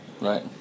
Right